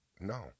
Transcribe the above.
No